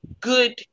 good